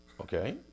okay